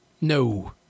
No